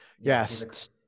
Yes